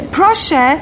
proszę